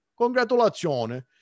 congratulazione